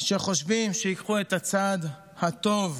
שחושבים שאם ייקחו את הצד "הטוב",